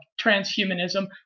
transhumanism